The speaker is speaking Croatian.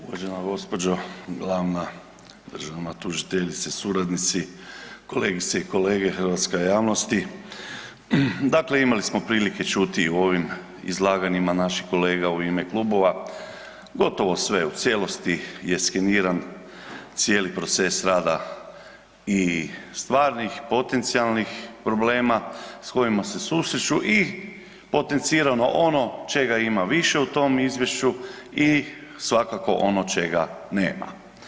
Uvažena gospođo glavna državna tužiteljice, suradnici, kolegice i kolege, hrvatska javnosti, dakle imali smo prilike čuti u ovim izlaganjima naših kolega u ime klubova gotovo sve u cijelosti je skeniran cijeli proces rada i stvarnih potencijalnih problema s kojima se susreću i potencirano ono čega ima više u tom izvješću i svakako ono čega nema.